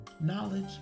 knowledge